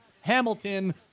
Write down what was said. Hamilton